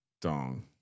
Dong